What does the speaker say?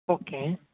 okay